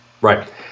Right